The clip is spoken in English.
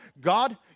God